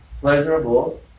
pleasurable